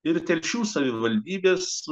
ir telšių savivaldybės